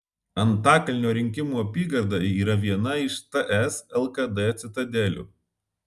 antakalnio rinkimų apygarda yra viena iš ts lkd citadelių